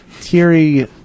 Terry